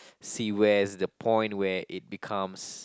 see where is the point where it becomes